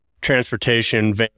transportation